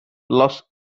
los